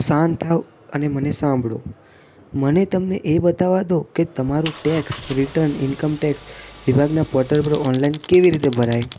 શાંત થાવ અને મને સાંભળો મને તમને એ બતાવવા દો કે તમારું ટેક્સ રીટર્ન ઇન્કમ ટેક્સ વિભાગના પોર્ટલ પર ઓનલાઈન કેવી રીતે ભરાય